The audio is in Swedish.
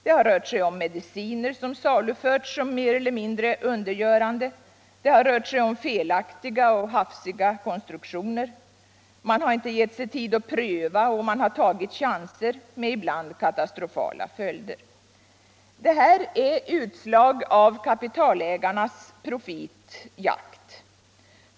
Det har rört sig om mediciner som saluförts som mer eller mindre undergörande. Det har rört sig om felaktiga och hafsiga konstruktioner. Man har inte gett sig tid att pröva, och man har tagit chanser med ibland katastrofala följder. Detta är utslag av kapitalägarnas jakt efter profiter.